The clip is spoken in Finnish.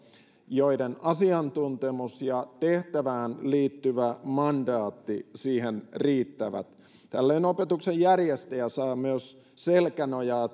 joiden asiantuntemus ja tehtävään liittyvä mandaatti siihen riittävät tällöin opetuksen järjestäjä saa myös selkänojaa